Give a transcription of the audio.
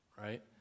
right